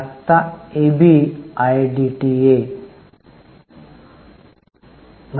आत्ता ईबीआयडीटीए घेतला आहे